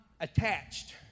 attached